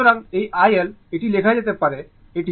সুতরাং এই iL এটি লেখা যেতে পারে এটি iL হিসাবে লেখা যেতে পারে